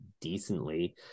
decently